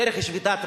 דרך שביתת רעב,